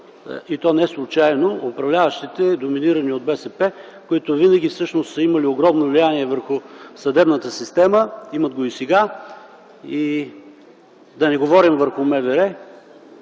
и то неслучайно. Управляващите, доминирани от БСП, които винаги всъщност са имали огромно влияние върху съдебната система, имат го и сега, да не говорим – върху МВР.